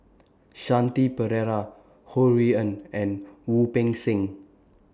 Shanti Pereira Ho Rui An and Wu Peng Seng